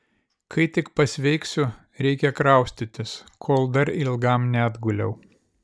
kai tik pasveiksiu reikia kraustytis kol dar ilgam neatguliau